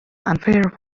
unfair